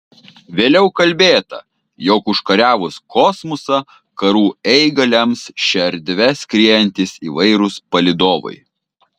vėliau kalbėta jog užkariavus kosmosą karų eigą lems šia erdve skriejantys įvairūs palydovai